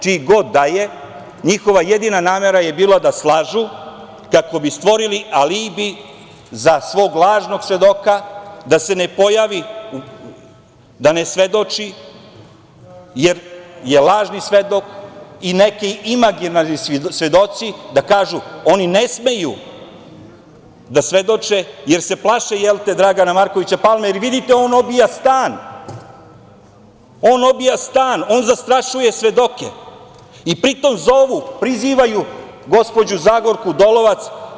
Čiji god da je, njihova jedina namera je bila da slažu kako bi stvorili alibi za svog lažnog svedoka da se ne pojavi, da ne svedoči jer je lažni svedok i neki imaginarni svedoci da kažu da oni ne smeju da svedoče jer se plaše, jel te, Dragana Markovića Palme, jer vidite on obija stan, on zastrašuje svedoke i pritom zovu, prizivaju gospođu Zagorku Dolovac.